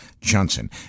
Johnson